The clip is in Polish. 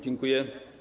Dziękuję.